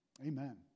Amen